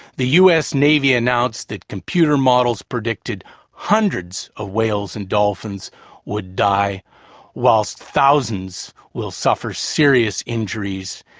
the u. s. navy announced that computer models predicted hundreds of whales and dolphins would die whilst thousands will suffer serious injuries,